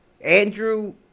Andrew